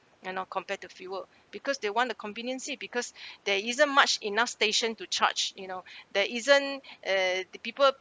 you know compare to fuel because they want the convenience because there isn't much enough station to charge you know there isn't uh the people